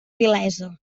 vilesa